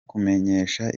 kumenyesha